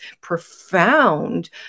profound